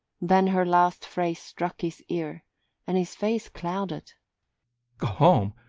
then her last phrase struck his ear and his face clouded. go home?